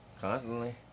constantly